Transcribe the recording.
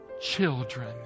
children